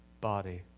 body